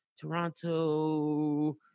Toronto